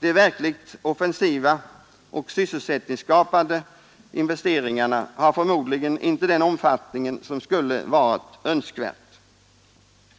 De verkligt offensiva och sysselsättningsskapande investeringarna har förmodligen inte den omfattning som skulle varit önskvärd.